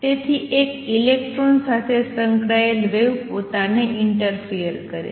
તેથી એક ઇલેક્ટ્રોન સાથે સંકળાયેલ વેવ પોતાને ઈંટરફિયર કરે છે